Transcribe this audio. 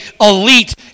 elite